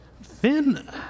Finn